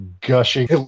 gushing